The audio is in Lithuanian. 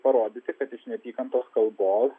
parodyti kad iš neapykantos kalbos